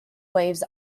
waves